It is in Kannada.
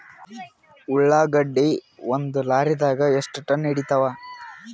ಉಳ್ಳಾಗಡ್ಡಿ ಒಂದ ಲಾರಿದಾಗ ಎಷ್ಟ ಟನ್ ಹಿಡಿತ್ತಾವ?